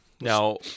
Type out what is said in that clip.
now